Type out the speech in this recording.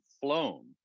flown